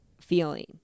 feeling